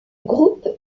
groupe